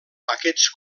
aquests